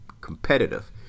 competitive